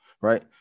right